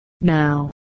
Now